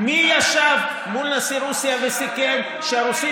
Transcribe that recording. מי ישב מול נשיא רוסיה וסיכם שהרוסים